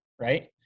right